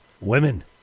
women